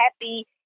happy